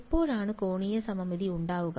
എപ്പോഴാണ് കോണീയ സമമിതി ഉണ്ടാകുക